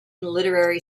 literary